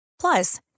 Plus